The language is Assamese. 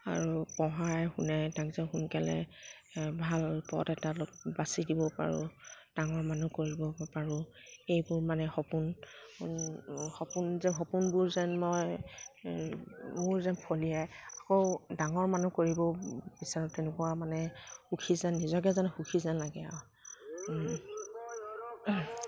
আৰু পঢ়াই শুনাই তাক যে সোনকালে ভাল পথ এটা বাছি দিব পাৰোঁ ডাঙৰ মানুহ কৰিব পাৰোঁ এইবোৰ মানে সপোন সপোন সপোন যে সপোনবোৰ যেন মই মোৰ যেন ফলিয়ায় আকৌ ডাঙৰ মানুহ কৰিবও বিচাৰোঁ তেনেকুৱা মানে সুখী যেন নিজকে যেন সুখী যেন লাগে আৰু